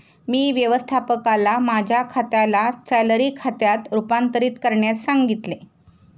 मी व्यवस्थापकाला माझ्या खात्याला सॅलरी खात्यात रूपांतरित करण्यास सांगितले